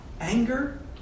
anger